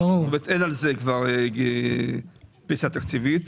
אין על זה פנסיה תקציבית,